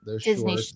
Disney